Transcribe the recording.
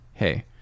Hey